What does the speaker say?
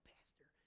Pastor